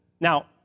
Now